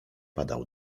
padał